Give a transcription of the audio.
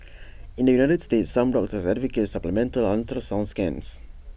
in the united states some doctors advocate supplemental ultrasound scans